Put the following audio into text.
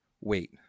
Wait